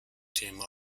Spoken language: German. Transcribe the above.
thema